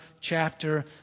chapter